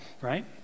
right